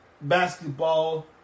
basketball